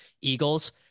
Eagles